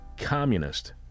communist